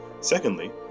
Secondly